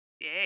Yay